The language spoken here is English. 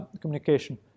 communication